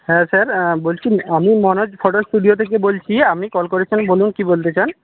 হ্যাঁ স্যার বলছি আমি মনোজ ফটো স্টুডিও থেকে বলছি আপনি কল করেছিলেন বলুন কী বলতে চান